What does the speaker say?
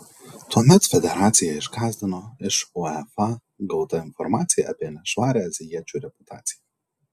tuomet federaciją išgąsdino iš uefa gauta informacija apie nešvarią azijiečių reputaciją